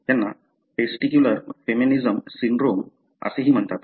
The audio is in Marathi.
त्यांना टेस्टिक्युलर फेमिनिजेशन सिंड्रोम असेही म्हणतात